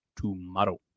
tomorrow